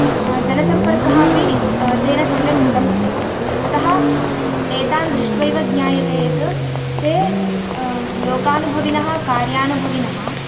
जनसम्पर्कः अपि तेन सम्यक् कृतं स्यात् अतः एतान् दृष्ट्वा एव ज्ञायते यत् ते लोकानुभविनः कार्यानुभविनः